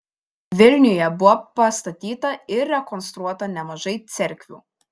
vilniuje buvo pastatyta ir rekonstruota nemažai cerkvių